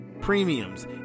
Premiums